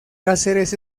cáceres